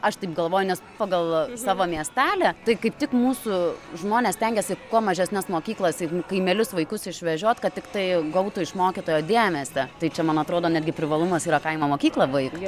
aš taip galvoju nes pagal savo miestelį tai kaip tik mūsų žmonės stengiasi kuo mažesnes mokyklas į kaimelius vaikus išvežiot kad tiktai gautų iš mokytojo dėmesį tai čia man atrodo netgi privalumas yra kaimo mokyklą baigt